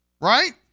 right